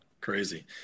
Crazy